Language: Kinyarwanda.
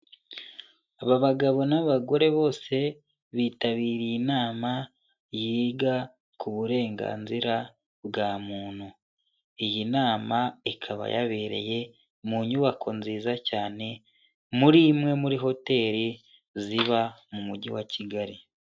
Aba bagabo n'abagore bose, bitabiriye inama yiga ku burenganzira bwa muntu. Iyi nama ikaba yabereye mu nyubako nziza cyane muri imwe muri hoteli ziba mu mugi wa Kigali.